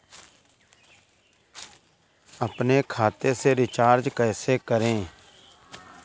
अपने खाते से रिचार्ज कैसे करें?